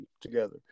together